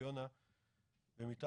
מרכז